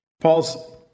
Paul's